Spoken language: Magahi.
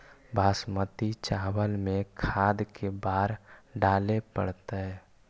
बासमती चावल में खाद के बार डाले पड़तै?